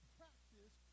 practice